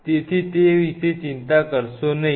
તેથી તે વિશે ચિંતા કરશો નહીં